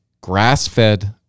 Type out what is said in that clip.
grass-fed